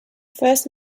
first